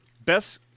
best